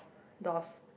doors